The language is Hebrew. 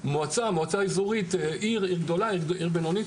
אירועים בינלאומיים